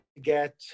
get